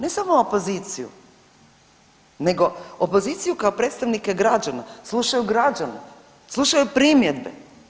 Ne samo opoziciju, nego opoziciju kao predstavnike građana, slušaju građane, slušaju primjedbe.